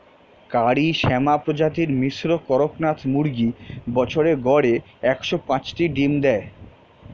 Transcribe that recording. কারি শ্যামা প্রজাতির মিশ্র কড়কনাথ মুরগী বছরে গড়ে একশ পাঁচটি ডিম দেয়